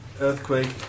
earthquake